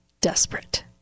desperate